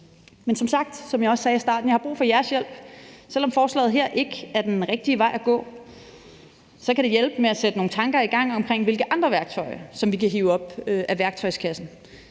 Men som sagt, som jeg også sagde i starten, har jeg brug for jeres hjælp. Selv om forslaget her ikke er den rigtige vej at gå, kan det hjælpe med at sætte nogle tanker i gang omkring, hvilke andre værktøjer vi kan hive op af værktøjskassen.